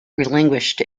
relinquished